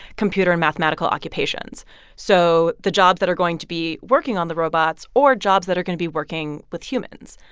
computer and mathematical occupations so the jobs that are going to be working on the robots or jobs that are going to be working with humans.